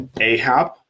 Ahab